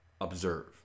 observe